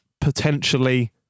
potentially